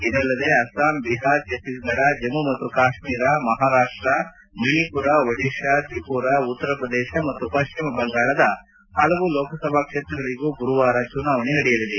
ಇದಲ್ಲದೆ ಅಸ್ಲಾಂ ಬಿಹಾರ್ ಛತ್ತೀಸ್ಗಢ ಜಮ್ಲು ಮತ್ತು ಕಾಶ್ನೀರ ಮಹಾರಾಷ್ಪ ಮಣಿಮರ ಒಡಿತಾ ತ್ರಿಮರಾ ಉತ್ತರಪ್ರದೇಶ ಮತ್ತು ಪಶ್ವಿಮ ಬಂಗಾಳದ ಪಲವು ಲೋಕಸಭಾ ಕ್ಷೇತ್ರಗಳಿಗೂ ಗುರುವಾರ ಚುನಾವಣೆ ನಡೆಯಲಿದೆ